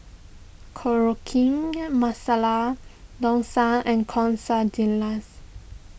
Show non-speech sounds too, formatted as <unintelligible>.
<unintelligible> Masala Dosa and Quesadillas